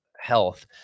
health